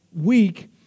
week